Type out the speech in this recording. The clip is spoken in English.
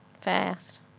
Fast